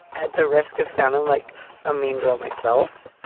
at the risk of sounding like a mean girl myself,